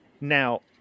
Now